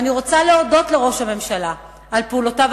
אני רוצה להודות לראש הממשלה על פעולותיו